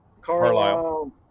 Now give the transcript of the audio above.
Carlisle